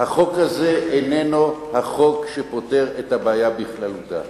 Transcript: החוק הזה אינו החוק שפותר את הבעיה בכללותה.